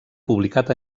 publicat